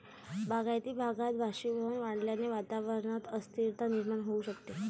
बागायती भागात बाष्पीभवन वाढल्याने वातावरणात अस्थिरता निर्माण होऊ शकते